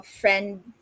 friend